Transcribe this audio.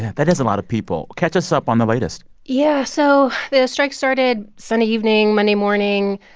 that is a lot of people. catch us up on the latest yeah. so the strike started sunday evening, monday morning.